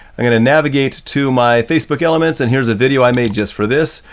i'm gonna navigate to my facebook elements and here's a video i made just for this.